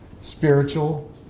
spiritual